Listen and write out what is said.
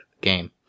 game